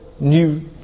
New